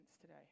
today